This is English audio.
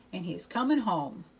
and he's coming home.